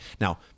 Now